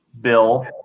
bill